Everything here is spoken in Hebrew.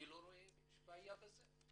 אני לא רואה שיש בעיה בזה.